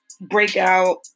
Breakout